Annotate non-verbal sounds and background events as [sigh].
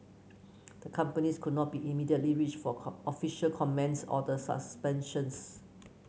the companies could not be immediately reached for [unintelligible] official comment on the suspensions